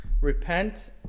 repent